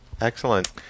Excellent